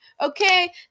Okay